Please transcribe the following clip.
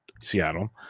Seattle